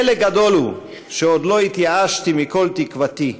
"פלא גדול הוא שעוד לא התייאשתי מכל תקוותי,